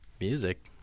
music